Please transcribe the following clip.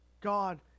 God